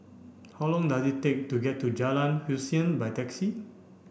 how long does it take to get to Jalan Hussein by taxi